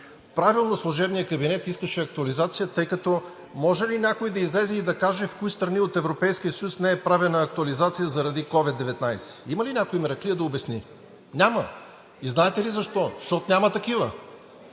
кабинет. Служебният кабинет правилно искаше актуализация. Може ли някой да излезе и да каже в кои страни от Европейския съюз не е правена актуализация заради COVID-19? Има ли някой мераклия да обясни? Няма. Знаете ли защо? Защото няма такива.